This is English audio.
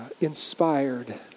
inspired